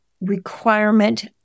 requirement